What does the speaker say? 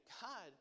God